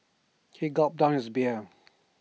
he gulped down his beer